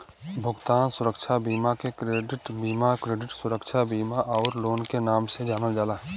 भुगतान सुरक्षा बीमा के क्रेडिट बीमा, क्रेडिट सुरक्षा बीमा आउर लोन के नाम से जानल जाला